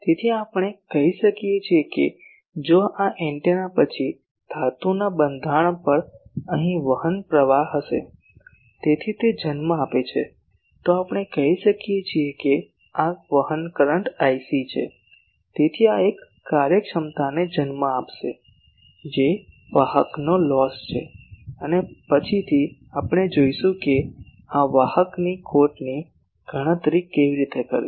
તેથી આપણે કહી શકીએ કે જો આ એન્ટેના પછી ધાતુના બંધારણ પર અહીં વહન પ્રવાહ હશે તેથી તે જન્મ આપે છે તો આપણે કહી શકીએ કે આ વહન કરંટ ic છે તેથી આ એક કાર્યક્ષમતાને જન્મ આપશે જે વાહકનો લોસ છે અને પછીથી આપણે જોઈશું કે આ વાહકની ખોટની ગણતરી કેવી રીતે કરવી